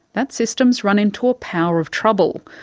that system's run into a power of trouble.